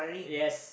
yes